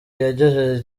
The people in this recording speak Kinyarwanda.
yagejeje